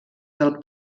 del